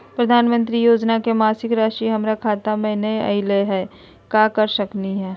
प्रधानमंत्री योजना के मासिक रासि हमरा खाता में नई आइलई हई, का कर सकली हई?